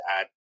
add